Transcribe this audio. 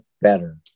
better